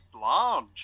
large